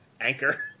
Anchor